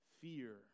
fear